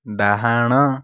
ଡାହାଣ